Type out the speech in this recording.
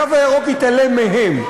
הקו הירוק יתעלם מהם.